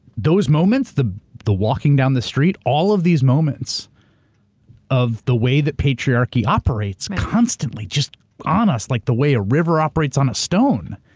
those moments, the the walking down the street, all of these moments of the way the patriarchy operates constantly, just on us. like the way a river operates on a stone.